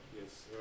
Yes